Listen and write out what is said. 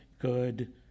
good